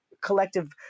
collective